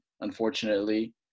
unfortunately